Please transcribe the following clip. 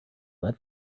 let